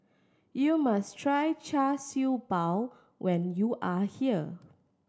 you must try Char Siew Bao when you are here